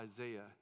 Isaiah